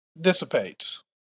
dissipates